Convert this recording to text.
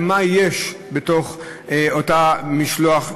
ומה יש בתוך אותו משלוח,